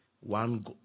one